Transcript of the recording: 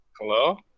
Hello